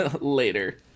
Later